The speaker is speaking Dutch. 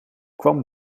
kwam